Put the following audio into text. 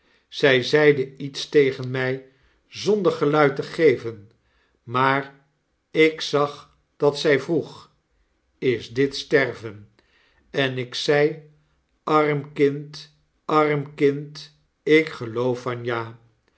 zy zeide its tegen mij zonder geluid te geven maar ik zag dat zy vroeg is dit sterven en ik zei arm kind arm kind ik geloof van ja